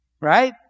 Right